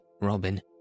robin